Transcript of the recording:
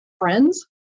friends